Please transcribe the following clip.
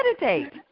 Meditate